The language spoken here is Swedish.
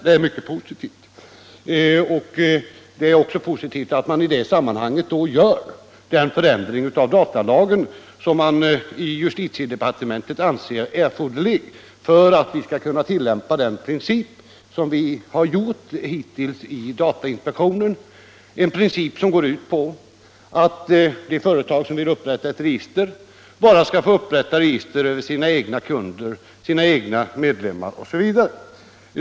Det är mycket — Nr 54 besinYr | EST ; Torsdagen den Det är också positivt att man inom justitiedepartementet i detta sam 22 januari 1976 manhang företar den ändring av datalagen som anses erforderlig för att = vi inom datainspektionen liksom hittills skall kunna tillämpa principen — Om begränsning av att ett företag eller en organisation bara skall kunna upprätta register — antalet persondataöver sina egna kunder, sina egna medlemmar osv.